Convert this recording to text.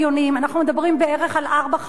אנחנו מדברים בערך על ארבע חברות.